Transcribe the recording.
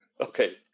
Okay